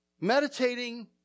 meditating